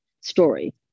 story